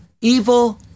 evil